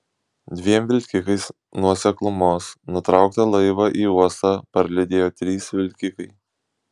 dviem vilkikais nuo seklumos nutrauktą laivą į uostą parlydėjo trys vilkikai